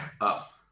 up